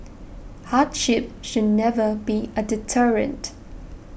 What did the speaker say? hardship should never be a deterrent